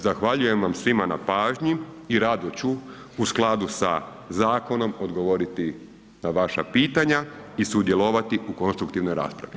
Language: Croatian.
Zahvaljujem vam svima na pažnji i rado ću u skladu sa zakonom odgovoriti na vaša pitanja i sudjelovati u konstruktivnoj raspravi.